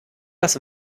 das